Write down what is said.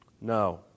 No